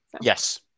Yes